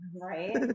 Right